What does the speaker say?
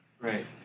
Right